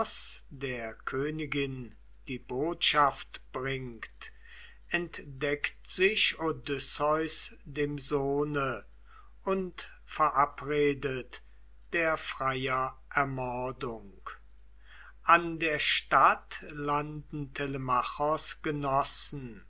der königin die botschaft bringt entdeckt sich odysseus dem sohne und verabredet der freier ermordung an der stadt landen